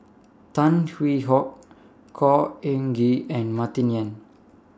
Tan Hwee Hock Khor Ean Ghee and Martin Yan